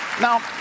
Now